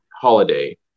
holiday